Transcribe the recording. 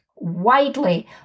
Widely